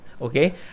okay